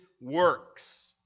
works